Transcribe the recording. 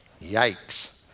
Yikes